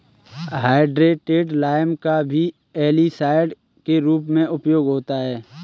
hydrated lime का भी algicide के रूप में उपयोग होता है